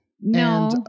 no